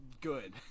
good